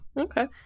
Okay